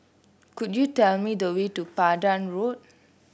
could you tell me the way to Pandan Road